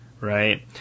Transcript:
right